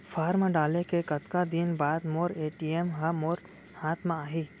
Form डाले के कतका दिन बाद मोर ए.टी.एम ह मोर हाथ म आही?